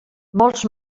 molts